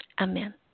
amen